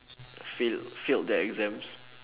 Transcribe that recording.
fail failed the exams